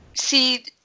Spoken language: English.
see